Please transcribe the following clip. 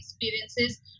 experiences